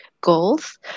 goals